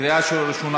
בקריאה ראשונה,